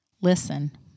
Listen